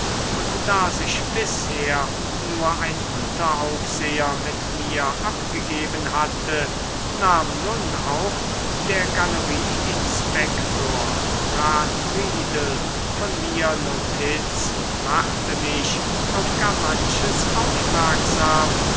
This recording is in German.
und da sich bisher nur ein unteraufseher mit mir abgegeben hatte nahm nun auch der galerieinspektor rat riedel von mir notiz und machte mich auf gar manches aufmerksam